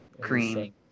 Cream